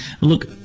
Look